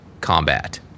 combat